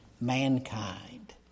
mankind